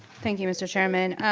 thank you mr. chairman.